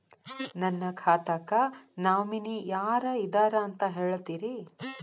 ನನ್ನ ಖಾತಾಕ್ಕ ನಾಮಿನಿ ಯಾರ ಇದಾರಂತ ಹೇಳತಿರಿ?